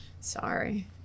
Sorry